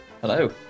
Hello